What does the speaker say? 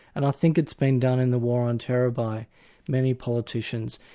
and i think it's been done in the war on terror by many politicians,